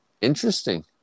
Interesting